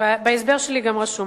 בהסבר שלי גם רשום.